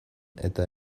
eta